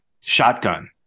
Shotgun